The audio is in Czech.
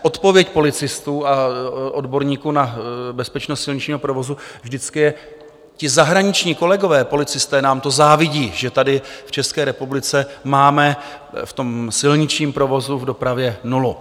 Odpověď policistů a odborníků na bezpečnost silničního provozu vždycky je: Zahraniční kolegové policisté nám to závidí, že tady v České republice máme v silničním provozu v dopravě nulu.